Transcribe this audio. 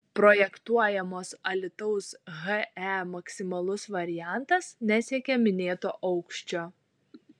projektuojamos alytaus he maksimalus variantas nesiekia minėto aukščio